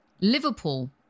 Liverpool